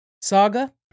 Saga